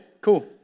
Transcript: cool